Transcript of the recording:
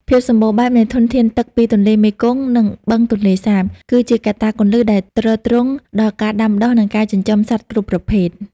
ភាពសម្បូរបែបនៃធនធានទឹកពីទន្លេមេគង្គ និងបឹងទន្លេសាប គឺជាកត្តាគន្លឹះដែលទ្រទ្រង់ដល់ការដាំដុះ និងការចិញ្ចឹមសត្វគ្រប់ប្រភេទ។